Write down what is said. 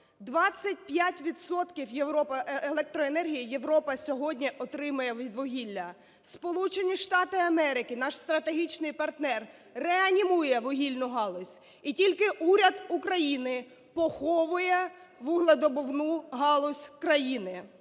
електроенергії Європа сьогодні отримує від вугілля. Сполучені Штати Америки – наш стратегічний партнер - реанімує вугільну галузь, і тільки уряд України поховує вугледобувну галузь країни.